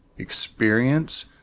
experience